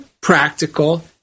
practical